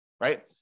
right